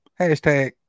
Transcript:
hashtag